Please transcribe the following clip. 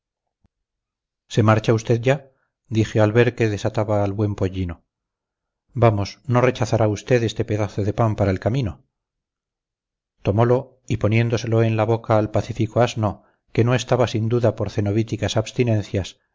se marcha usted ya dije al ver que desataba al buen pollino vamos no rechazará usted este pedazo de pan para el camino tomolo y poniéndoselo en la boca al pacífico asno que no estaba sin duda por cenobíticas abstinencias